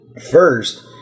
first